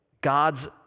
God's